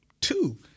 Two